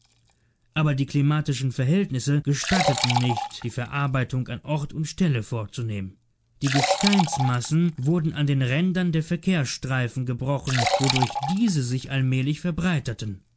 aber die klimatischen verhältnisse gestatteten nicht die verarbeitung an ort und stelle vorzunehmen die gesteinsmassen wurden an den rändern der verkehrsstreifen gebrochen wodurch diese sich allmählich verbreiterten